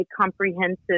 comprehensive